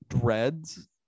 Dreads